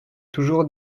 toujours